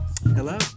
Hello